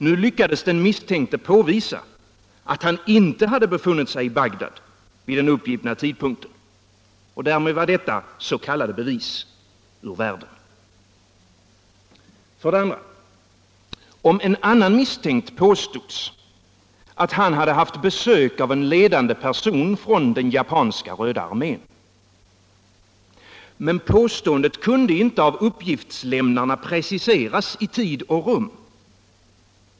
Nu lyckades den misstänkte påvisa att han inte hade befunnit sig i Bagdad vid den uppgivna tidpunkten, och därmed var detta s.k. bevis ur världen. För det andra: Om en annan misstänkt påstods att han hade haft besök av en ledande person från den japanska Röda armén. Det påståendet kunde inte av uppgiftslämnarna preciseras i tid och rum.